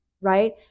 right